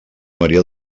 maria